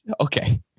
Okay